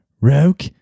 rogue